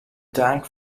tank